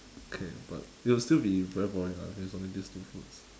okay but it'll still be very boring ah if it's only these two foods